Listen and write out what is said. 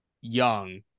young